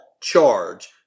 charge